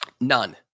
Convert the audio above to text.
None